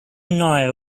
noir